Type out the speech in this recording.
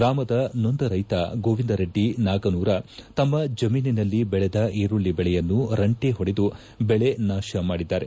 ಗ್ರಾಮದ ನೊಂದ ರೈತ ಗೋವಿಂದರೆಡ್ಡಿ ನಾಗನೂರ ತಮ್ಮ ಜಮೀನಿನಲ್ಲಿ ಬೆಳೆದ ಈರುಳ್ಳಿ ಬೆಳೆಯನ್ನು ರಂಟಿ ಹೊಡೆದು ಬೆಳೆ ನಾಶ ಮಾಡಿದ್ದಾರೆ